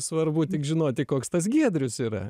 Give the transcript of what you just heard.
svarbu tik žinoti koks tas giedrius yra